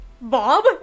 Bob